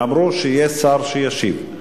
אמרו שיהיה שר שישיב.